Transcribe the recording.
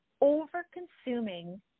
over-consuming